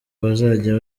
bazajya